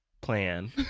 plan